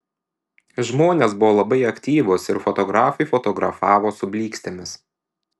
žmonės buvo labai aktyvūs ir fotografai fotografavo su blykstėmis